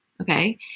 okay